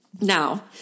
Now